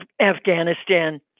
Afghanistan